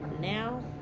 Now